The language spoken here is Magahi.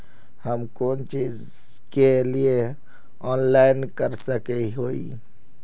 हम कोन चीज के लिए ऑनलाइन कर सके हिये?